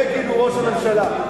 בגין הוא ראש הממשלה.